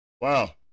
Wow